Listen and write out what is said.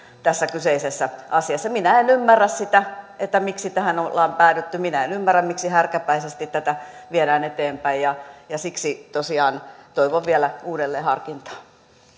tässä kyseisessä asiassa minä en ymmärrä sitä sitä miksi tähän on päädytty minä en ymmärrä miksi härkäpäisesti tätä viedään eteenpäin ja ja siksi tosiaan toivon vielä uudelleenharkintaa